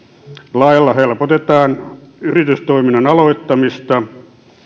lailla helpotetaan yritystoiminnan aloittamista